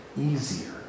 easier